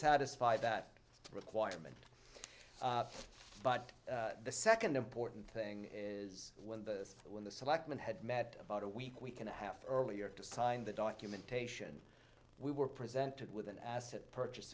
satisfy that requirement but the second important thing is when the when the selectmen had met about a week we can a half earlier to sign the documentation we were presented with an asset purchase